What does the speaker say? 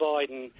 Biden